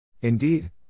Indeed